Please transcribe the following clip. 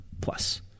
Plus